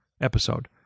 episode